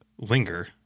Linger